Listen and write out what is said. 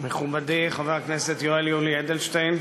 מכובדי חבר הכנסת יואל יולי אדלשטיין,